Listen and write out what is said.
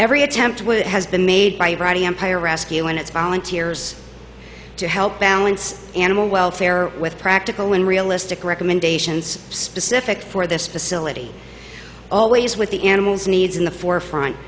every attempt has been made by brody empire rescue and its volunteers to help balance animal welfare with practical and realistic recommendations specific for this facility always with the animals needs in the forefront